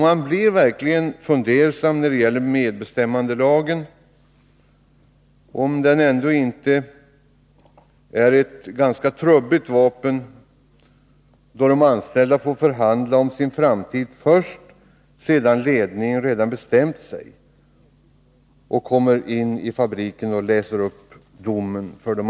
Man blir verkligen fundersam när det gäller medbestämmandelagen, som framstår som ett ganska trubbigt vapen, då de anställda får förhandla om sin framtid först sedan ledningen bestämt sig och sedan man läst upp ”domen” för dem.